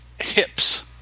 Hips